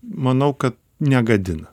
manau kad negadina